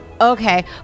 Okay